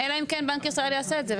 אלא אם כן בנק ישראל יעשה את זה,